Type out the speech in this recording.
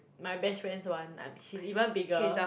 my best friend's one she's even bigger